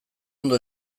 ondo